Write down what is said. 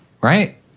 Right